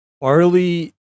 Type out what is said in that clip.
barley